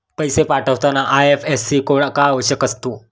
पैसे पाठवताना IFSC code का आवश्यक असतो?